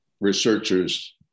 researchers